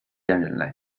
人类